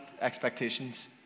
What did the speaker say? expectations